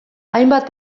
hainbat